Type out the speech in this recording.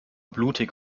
blutig